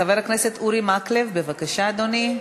חבר הכנסת אורי מקלב, בבקשה, אדוני.